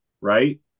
right